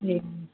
ए